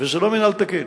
וזה לא מינהל תקין.